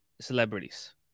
celebrities